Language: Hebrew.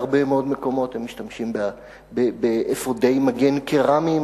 בהרבה מאוד מקומות הם משתמשים באפודי מגן קרמיים,